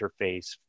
interface